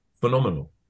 phenomenal